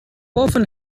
often